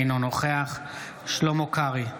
אינו נוכח שלמה קרעי,